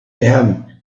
him